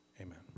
Amen